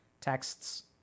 texts